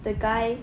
the guy